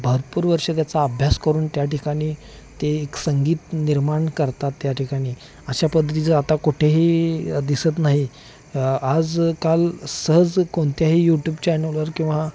भरपूर वर्ष त्याचा अभ्यास करून त्या ठिकाणी ते एक संगीत निर्माण करतात त्या ठिकाणी अशा पद्धतीचं आता कुठेही दिसत नाही आजकाल सहज कोणत्याही यूट्यूब चॅनलवर किंवा